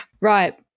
Right